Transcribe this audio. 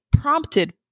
prompted